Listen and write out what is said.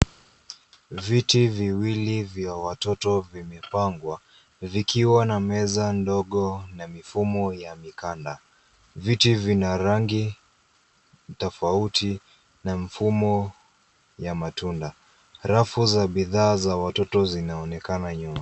Viti viwili vya watoto vimepangwa vikiwa na meza ndogo na mifumo ya mikanda. Viti vina rangi tofauti na mfumo ya matunda. Rafu za bidhaa za watoto zinaonekana nyuma.